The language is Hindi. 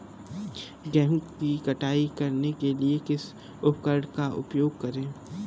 गेहूँ की कटाई करने के लिए किस उपकरण का उपयोग करें?